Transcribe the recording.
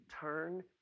turn